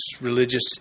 religious